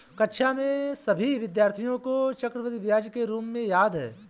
कक्षा के सभी विद्यार्थियों को चक्रवृद्धि ब्याज के सूत्र याद हैं